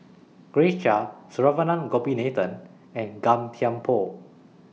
Grace Chia Saravanan Gopinathan and Gan Thiam Poh